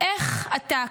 איך אתה,